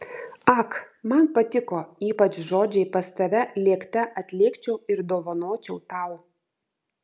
ak man patiko ypač žodžiai pas tave lėkte atlėkčiau ir dovanočiau tau